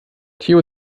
theo